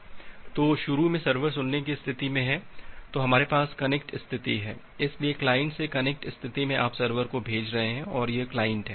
तो शुरू में सर्वर सुनने की स्थिति में है तो हमारे पास कनेक्ट स्थिति हैं इसलिए क्लाइंट से कनेक्ट स्थिति में आप सर्वर को भेज रहे हैं और यह क्लाइंट है